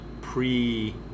pre